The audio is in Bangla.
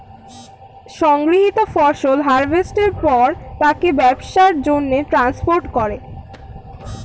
সংগৃহীত ফসল হারভেস্টের পর তাকে ব্যবসার জন্যে ট্রান্সপোর্ট করে